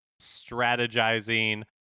strategizing